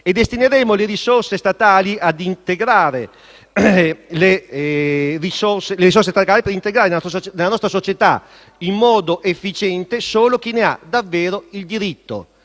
e destineremo le risorse statali a integrare nella nostra società in modo efficiente solo chi ne ha davvero il diritto.